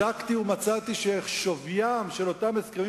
בדקתי ומצאתי ששוויים של אותם הסכמים